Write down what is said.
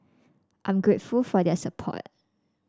I'm grateful for their support